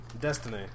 Destiny